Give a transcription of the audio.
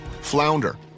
flounder